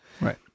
Right